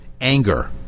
anger